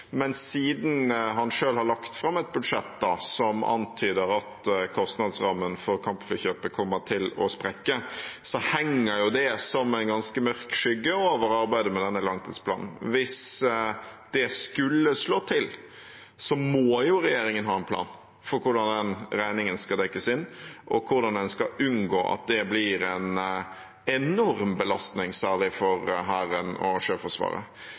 men siden han selv har lagt fram et budsjett som antyder at kostnadsrammen for kampflykjøpet kommer til å sprekke, henger jo det som en ganske mørk skygge over arbeidet med denne langtidsplanen. Hvis det skulle slå til, må regjeringen ha en plan for hvordan den regningen skal dekkes inn, og hvordan en skal unngå at det blir en enorm belastning, særlig for Hæren og Sjøforsvaret.